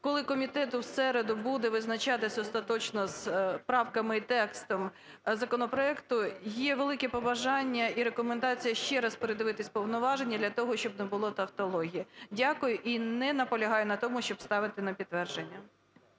коли комітет у середу буде визначатись остаточно з правками і текстом законопроекту є велике побажання і рекомендації ще раз передивитись повноваження для того, щоб не було тавтології. Дякую. І не наполягаю на тому, щоб ставити на підтвердження.